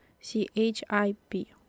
C-H-I-P